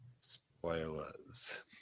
spoilers